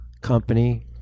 company